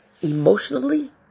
emotionally